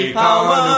power